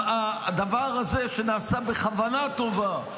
הדבר הזה שנעשה בכוונה טובה,